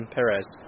Perez